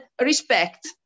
respect